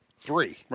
three